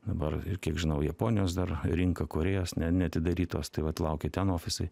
dabar ir kiek žinau japonijos dar rinka korėjos ne neatidarytos tai vat laukia ten ofisai